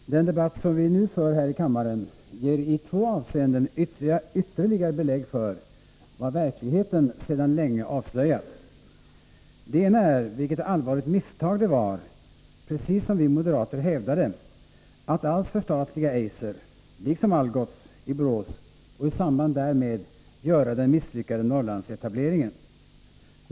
Fru talman! Den debatt som vi nu för här i kammaren ger i två avseenden ytterligare belägg för vad verkligheten sedan länge avslöjat. Det ena är vilket allvarligt misstag det var, precis som vi moderater hävdade, att alls förstatliga Eiser — liksom Algots — i Borås och i samband därmed göra den misslyckade Norrlandsetableringen.